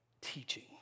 teaching